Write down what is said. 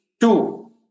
two